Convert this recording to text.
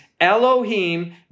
Elohim